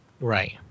Right